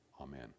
Amen